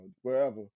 wherever